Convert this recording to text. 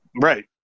right